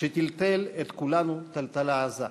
שטלטל את כולנו טלטלה עזה.